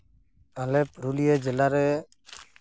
ᱟᱞᱮ ᱯᱩᱨᱩᱞᱤᱭᱟᱹ ᱡᱮᱞᱟᱨᱮ